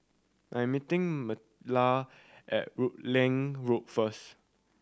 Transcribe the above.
I am meeting at Rutland Road first